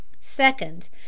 second